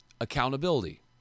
Accountability